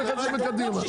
לא מקדימה.